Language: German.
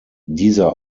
dieser